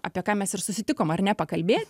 apie ką mes ir susitikom ar ne pakalbėti